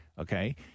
okay